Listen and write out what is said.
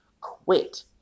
quit